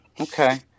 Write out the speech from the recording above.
okay